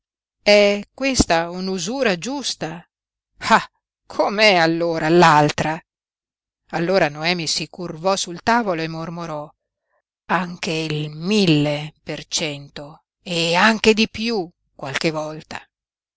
è questa un'usura giusta ah com'è allora l'altra allora noemi si curvò sul tavolo e mormorò anche il mille per cento e anche di piú qualche volta